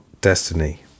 destiny